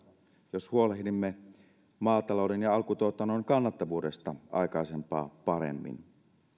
jos huolehdimme maatalouden ja alkutuotannon kannattavuudesta aikaisempaa paremmin